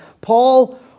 Paul